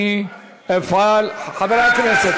אני אפעל, חבר הכנסת